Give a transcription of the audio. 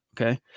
okay